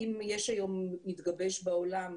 אם מתגבש היום בעולם